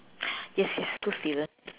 yes yes too sweet ah